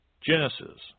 Genesis